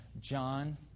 John